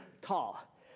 tall